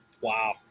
Wow